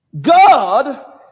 God